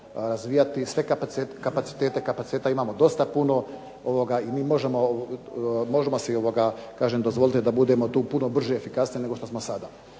razvijati sve kapacitete. Kapaciteta imamo dosta puno i mi možemo si dozvoliti da budemo tu puno brži, efikasniji nego što smo sada.